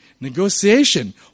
Negotiation